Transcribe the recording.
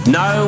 no